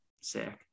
Sick